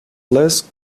les